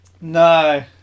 No